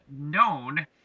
known